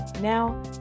Now